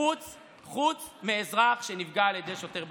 חוץ מאזרח שנפגע על ידי שוטר בכיר.